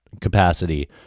Capacity